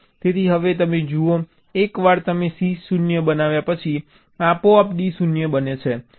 તેથી હવે તમે જુઓ એકવાર તમે C 0 બનાવ્યા પછી આપોઆપ D 0 બને છે